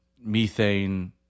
methane